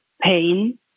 pain